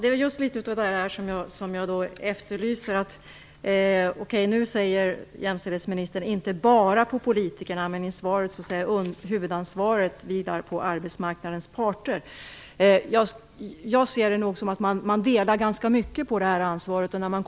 Fru talman! Det är just detta jag efterlyser. Okej, nu säger jämställdhetsminister att detta ankommer inte bara på politikerna. Men i svaret sade hon att huvudansvaret vilar på arbetsmarknadens parter. Jag ser det som att man delar på ansvaret.